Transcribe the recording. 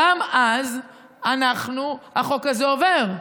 גם אז החוק הזה עובר.